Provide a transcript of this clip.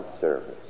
service